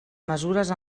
mesures